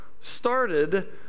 started